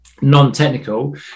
non-technical